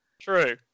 True